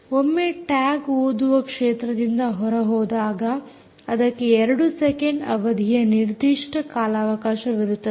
ಒಮ್ಮೆ ಟ್ಯಾಗ್ ಓದುವ ಕ್ಷೇತ್ರದಿಂದ ಹೊರ ಹೋದಾಗ ಅದಕ್ಕೆ 2 ಸೆಕೆಂಡ್second0 ಅವಧಿಯ ನಿರ್ದಿಷ್ಟ ಕಾಲಾವಕಾಶವಿರುತ್ತದೆ